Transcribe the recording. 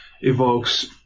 evokes